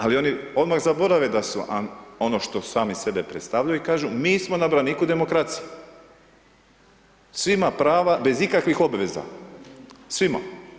Ali oni odmah zaborave da su ono što sami sebe predstavljaju i kažu mi smo na braniku demokracije, svima prava bez ikakvih obveza, svima.